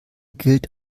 gilt